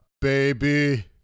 baby